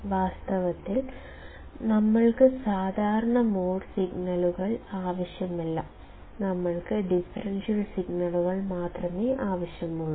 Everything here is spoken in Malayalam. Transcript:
വാസ്തവത്തിൽ ഞങ്ങൾക്ക് സാധാരണ മോഡ് സിഗ്നലുകൾ ആവശ്യമില്ല ഞങ്ങൾക്ക് ഡിഫറൻഷ്യൽ സിഗ്നലുകൾ മാത്രമേ ആവശ്യമുള്ളൂ